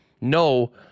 No